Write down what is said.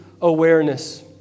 awareness